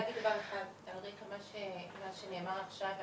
רק רציתי להגיד דבר אחד על רקע מה שנאמר עכשיו,